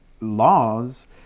laws